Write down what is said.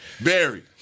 Barry